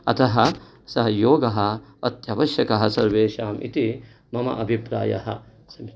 अतः सः योगः अत्यावश्यकः सर्वेषाम् इति मम अभिप्रायः समीचीनम्